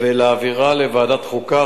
ולהעבירה לוועדת החוקה,